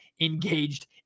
engaged